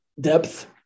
depth